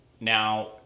Now